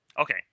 Okay